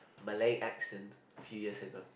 Malay accent few years ago